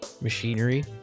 machinery